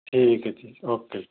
ਠੀਕ ਹੈ ਜੀ ਓਕੇ